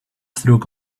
through